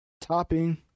topping